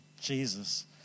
Jesus